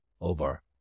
over